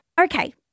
Okay